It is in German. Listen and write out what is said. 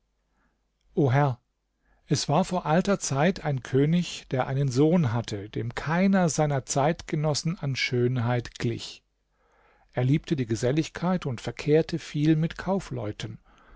herr es war vor alter zeit ein könig der einen sohn hatte dem keiner seiner zeitgenossen an schönheit glich er liebte die geselligkeit und verkehrte viel mit kaufleuten